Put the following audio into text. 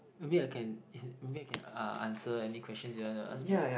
maybe I can maybe I can uh answer any question that you want to ask me